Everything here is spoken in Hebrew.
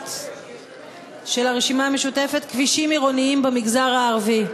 1 של הרשימה המשותפת כבישים עירוניים במגזר הערבי.